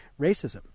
racism